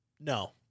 No